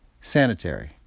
sanitary